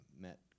met